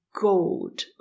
gold